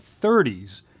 30s